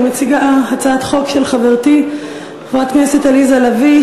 אני מגישה הצעת חוק של חברתי חברת הכנסת עליזה לביא,